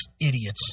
idiots